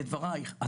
לדבריך,